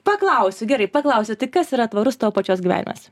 paklausiu gerai paklausiu tai kas yra tvarus tavo pačios gyvenimas